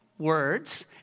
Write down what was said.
Words